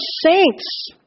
saints